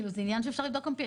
זה עניין שאפשר לבדוק אמפירית.